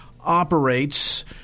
operates